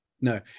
No